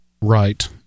right